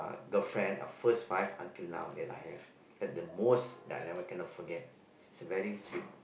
girlfriend of first five until now then I have at the most I can never forget it's a very sweet